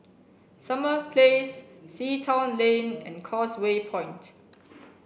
Summer Place Sea Town Lane and Causeway Point